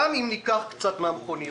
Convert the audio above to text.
גם אם ניקח קצת מהמכוניות.